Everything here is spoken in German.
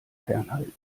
fernhalten